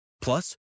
Plus